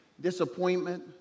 disappointment